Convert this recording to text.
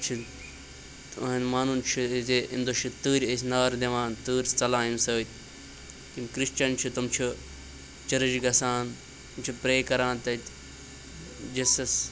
چھِ تُہنٛد مانُن چھُ یہِ زِ امہِ دۄہ چھِ تۭرِ أسۍ نار دِوان تۭر چھِ ژَلان امہِ سۭتۍ یِم کِرٛسچیٚن چھِ تِم چھِ چٔرٕچ گَژھان تِم چھِ پرٛے کَران تَتہِ جِسَس